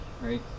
right